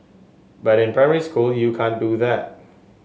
but in primary school you can't do that